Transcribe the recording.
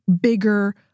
bigger